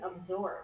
absorb